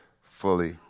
fully